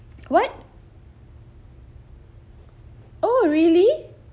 what oh really